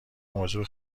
موضوع